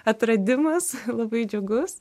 atradimas labai džiugus